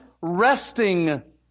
resting